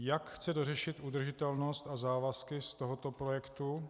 Jak chce dořešit udržitelnost a závazky z tohoto projektu?